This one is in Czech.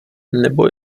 nebo